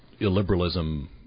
illiberalism